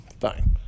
Fine